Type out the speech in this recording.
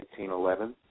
1811